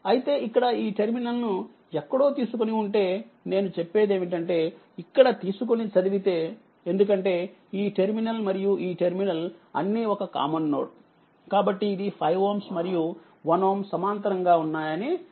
అయితేఇక్కడ ఈ టెర్మినల్ ను ఎక్కడో తీసుకుని ఉంటే నేను చెప్పేదేమిటంటే ఇక్కడ తీసుకుని చదివితే ఎందుకంటే ఈ టెర్మినల్ మరియు ఈ టెర్మినల్ అన్ని ఒక కామన్ నోడ్ కాబట్టి ఇది 5Ω మరియు 1Ωసమాంతరంగా ఉన్నాయని అర్ధం